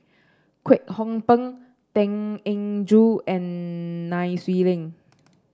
Kwek Hong Png Tan Eng Joo and Nai Swee Leng